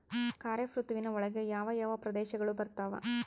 ಖಾರೇಫ್ ಋತುವಿನ ಒಳಗೆ ಯಾವ ಯಾವ ಪ್ರದೇಶಗಳು ಬರ್ತಾವ?